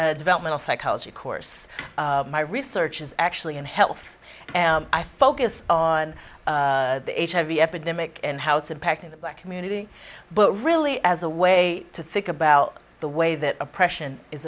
developmental psychology course my research is actually in health and i focused on hiv epidemic and how it's impacting the black community but really as a way to think about the way that oppression is